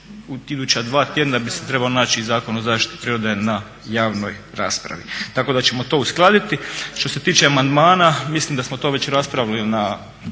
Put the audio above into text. u iduća dva tjedna bi se trebao naći i Zakon o zaštiti prirode na javnoj raspravi tako da ćemo to uskladiti. Što se tiče amandmana mislim da smo to već raspravili na